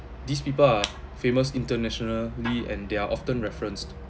these people are famous internationally and they are often referenced